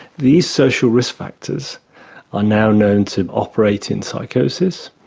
these social risk factors are now known to operate in psychosis.